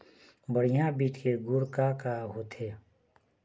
बढ़िया बीज के गुण का का होथे?